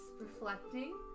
reflecting